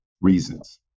reasons